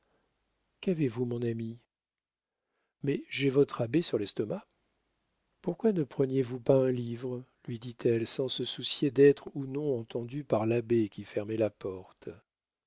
qu'avez-vous mon ami mais j'ai votre abbé sur l'estomac pourquoi ne preniez vous pas un livre lui dit-elle sans se soucier d'être ou non entendue par l'abbé qui fermait la porte